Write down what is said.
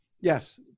yes